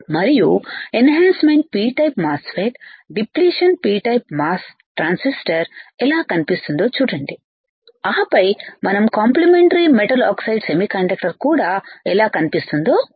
మరియు enhancement p type MOSFET depletion p type MOS transistor ఎలా కనిపిస్తుందో చూడండి ఆపై మనం కాంప్లిమెంటరీ మెటల్ ఆక్సైడ్ సెమీకండక్టర్ కూడా ఎలా కనిపిస్తుందో చూద్దాం